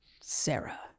Sarah